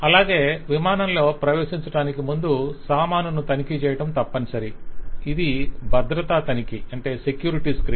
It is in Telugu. అలాగే విమానంలో ప్రవేశించటానికి ముందు సామానును తనిఖీ చేయడం తప్పనిసరి ఇది భద్రతా తనిఖీ